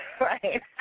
Right